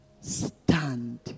stand